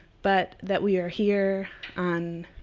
but, that we are here on